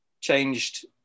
changed